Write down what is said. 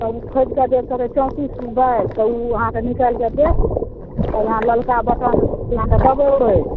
तब ई खोजि कऽ देत कहतय चौतीस बाइस तऽ ई उ अहाँके निकालि कऽ देत तहन अहाँ ललका बटन जाकऽ दबेबय